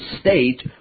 state